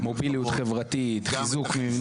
מוביליות חברתית, חיזוק מבנים.